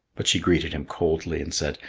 but she greeted him coldly, and said,